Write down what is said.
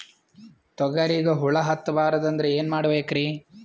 ತೊಗರಿಗ ಹುಳ ಹತ್ತಬಾರದು ಅಂದ್ರ ಏನ್ ಮಾಡಬೇಕ್ರಿ?